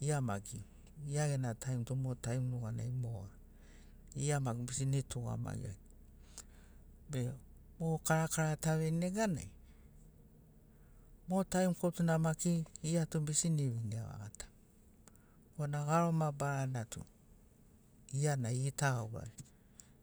Gia maki gia gena taim tu mo taim nuganai moga. Gia maki bisini tugamagia be mo karakara taveini neganai, mo taim kotuna maki gia tu bisini vinia vegata. Korana garo mabarana tu gia na igitagaurani,